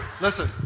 Listen